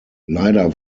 leider